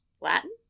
Latin